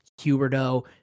Huberto